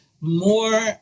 more